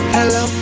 Hello